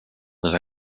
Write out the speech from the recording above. with